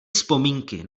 vzpomínky